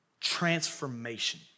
transformation